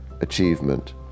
achievement